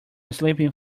sleeping